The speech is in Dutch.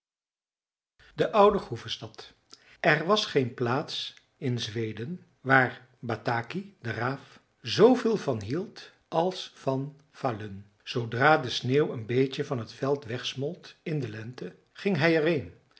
de oude groevestad er was geen plaats in zweden waar bataki de raaf z veel van hield als van falun zoodra de sneeuw een beetje van het veld wegsmolt in de lente ging hij er